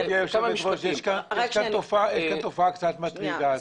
יש כאן תופעה קצת מטרידה.